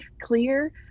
clear